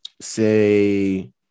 say